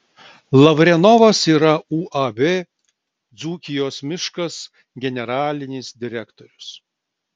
lavrenovas yra uab dzūkijos miškas generalinis direktorius